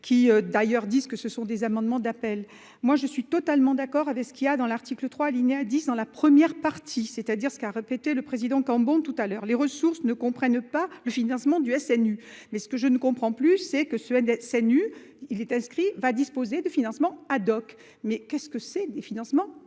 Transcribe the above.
qui d'ailleurs disent que ce sont des amendements d'appel, moi je suis totalement d'accord avec ce qu'il a dans l'article 3 alinéa 10 ans la première partie c'est-à-dire ce qu'a répété le président quand bon tout à l'heure les ressources ne comprennent pas le financement du SNU. Mais ce que je ne comprends plus et que Suède SNU. Il est inscrit va disposer de financements Haddock. Mais qu'est-ce que c'est des financements